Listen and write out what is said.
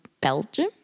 Belgium